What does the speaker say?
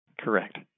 Correct